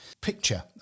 picture